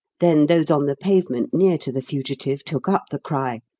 then those on the pavement near to the fugitive took up the cry,